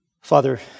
Father